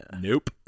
nope